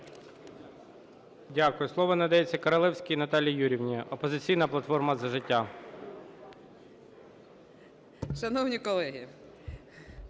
Дякую. Слово надається Королевській Наталії Юріївні, "Опозиційна платформа – За життя"